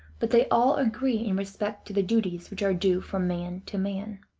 but they all agree in respect to the duties which are due from man to man.